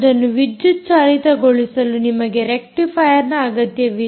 ಅದನ್ನು ವಿದ್ಯುತ್ ಚಾಲಿತಗೊಳಿಸಲು ನಿಮಗೆ ರೆಕ್ಟಿಫಾಯರ್ನ ಅಗತ್ಯವಿದೆ